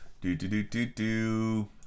Do-do-do-do-do